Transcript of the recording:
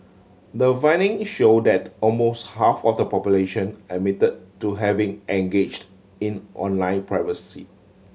the finding show that almost half of the population admit to having engaged in online piracy